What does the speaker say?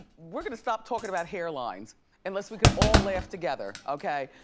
we're gonna stop talking about hairlines unless we can all laugh together, okay.